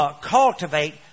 cultivate